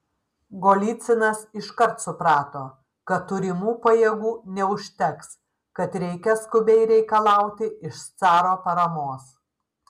golycinas iškart suprato kad turimų pajėgų neužteks kad reikia skubiai reikalauti iš caro paramos